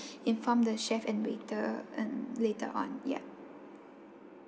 inform the chef and waiter and later on ya